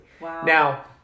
Now